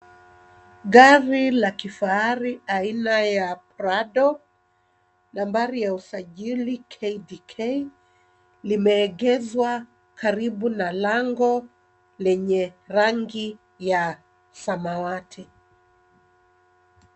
Gari la kifahari aina ya prado, nambari ya usajili KDK limeegezwa karibu na lango lenye rangi ya samawati.